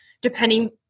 depending